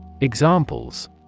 Examples